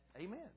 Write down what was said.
Amen